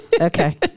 Okay